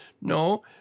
No